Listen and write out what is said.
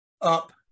up